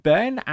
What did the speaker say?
Ben